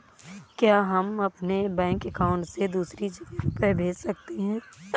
क्या हम अपने बैंक अकाउंट से दूसरी जगह रुपये भेज सकते हैं?